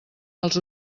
els